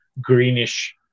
greenish